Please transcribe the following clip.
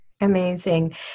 Amazing